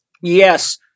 Yes